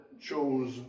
chose